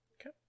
okay